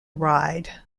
ride